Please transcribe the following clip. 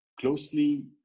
closely